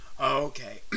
okay